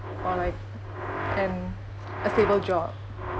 or like and a stable job